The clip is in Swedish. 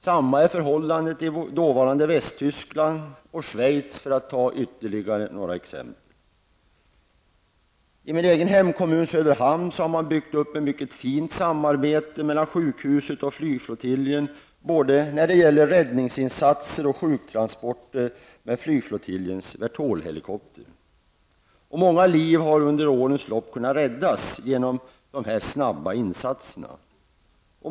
Samma är förhållandet i dåvarande Västtyskland och i Schweiz, för att ta ytterligare några exempel. I min egen hemkommun Söderhamn har man byggt upp ett mycket fint samarbete mellan sjukhuset och flygflottiljen när det gäller både räddningsinsatser och sjuktransporter med flygflottiljens Vertolhelikopter. Många liv har under årens lopp kunnat räddas genom dessa snabba insatser.